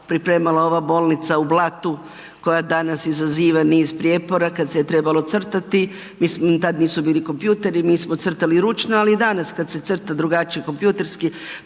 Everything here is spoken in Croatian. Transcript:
pripremala ova bolnica u Blatu koja danas izaziva niz prijepora kad se je trebalo crtati, mislim tad nisu bili kompjuteri, mi smo crtali ručno, ali i danas kad se crta drugačije kompjuterski